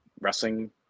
wrestling